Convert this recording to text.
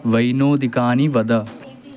वैनोदिकानि वद